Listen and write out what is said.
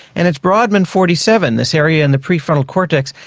and it's brodmann forty seven, this area in the prefrontal cortex,